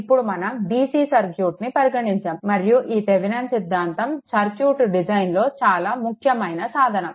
ఇప్పుడు మనం dc సర్క్యూట్ని పరిగణించాము మరియు ఈ థెవెనిన్ సిద్ధాంతం సర్క్యూట్ డిజైన్లో ఇది చాలా ముఖ్యమైన సాధనం